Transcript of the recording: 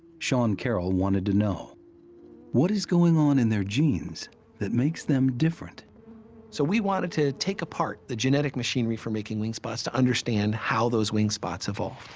sean carroll wanted to know what is going on in their genes that makes them so we wanted to take apart the genetic machinery for making wing spots, to understand how those wing spots evolved.